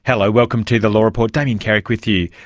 hello, welcome to the law report, damien carrick with you.